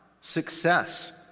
success